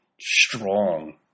strong